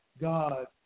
God